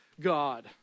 god